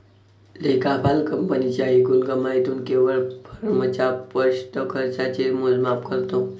लेखापाल कंपनीच्या एकूण कमाईतून केवळ फर्मच्या स्पष्ट खर्चाचे मोजमाप करतो